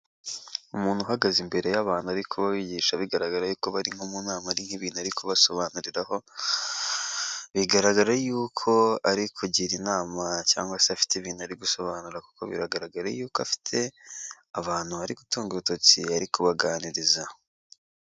Umuntu uhagaze imbere y'abantu ariko bigisha bigaragaye yuko bari nko mu nama hari nk'ibintu ariko kubasobanuriraho, bigaragara yuko arigira inama cyangwa se afite ibintu ari gusobanura kuko biragaragara yuko afite, abantu ari gutunga urutoki ari kubaganiriza.